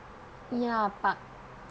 ya but